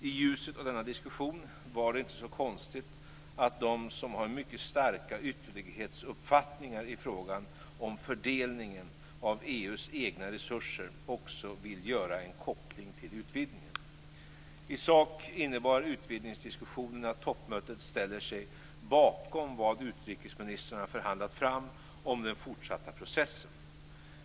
I ljuset av denna diskussion var det inte så konstigt att de som har mycket starka ytterlighetsuppfattningar i frågan om fördelningen av EU:s egna resurser också vill göra en koppling till utvidgningen. I sak innebar utvidgningsdiskussionerna att toppmötet ställer sig bakom vad utrikesministrarna förhandlat fram om den fortsatta processen.